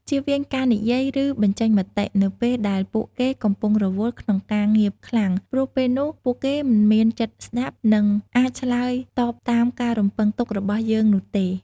ជៀសវាងការនិយាយ ឬបញ្ចេញមតិ នៅពេលដែលពួកគេកំពុងរវល់ក្នុងការងារខ្លាំង ព្រោះពេលនោះពួកគេមិនមានចិត្តស្តាប់ និងអាចឆ្លើយតបតាមការរំពឹងទុករបស់យើងនោះទេ។